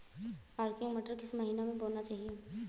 Arkel मटर किस महीना में बोना चाहिए?